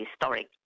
historic